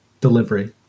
delivery